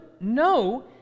No